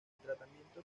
tratamiento